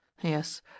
yes